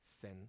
sin